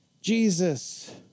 Jesus